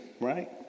right